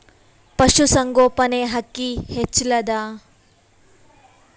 ಪಶುಸಂಗೋಪನೆ ಅಕ್ಕಿ ಹೆಚ್ಚೆಲದಾ?